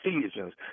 decisions